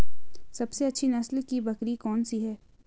सबसे अच्छी नस्ल की बकरी कौन सी है?